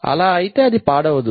అలా అయితే అది పాడవదు